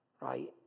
Right